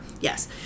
yes